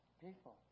people